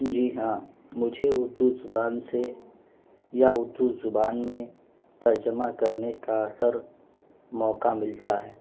جی ہاں مجھے اردو زبان سے یا اردو زبان میں ترجمہ کرنے کا اثر موقع ملتا ہے